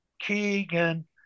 Keegan